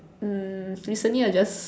um recently I just